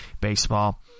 baseball